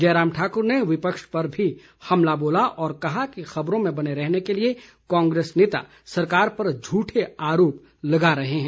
जयराम ठाकुर ने विपक्ष पर भी हमला बोला और कहा कि खबरों में बने रहने के लिए कांग्रेस नेता सरकार पर झूठे आरोप लगा रहे हैं